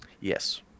Yes